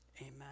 Amen